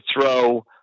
throw